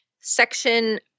section